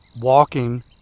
walking